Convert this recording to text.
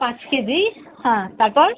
পাঁচ কেজি হ্যাঁ তারপর